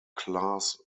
class